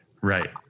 Right